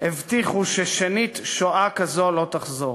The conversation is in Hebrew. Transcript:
הבטיחו ששנית שואה כזו לא תחזור.